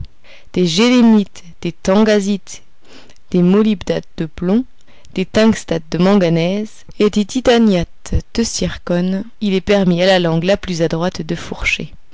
des ghélénites des tangasites des molybdates de plomb des tungstates de manganèse et des titaniates de zircone il est permis à la langue la plus adroite de fourcher